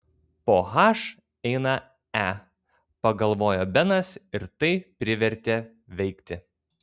po h eina e pagalvojo benas ir tai privertė veikti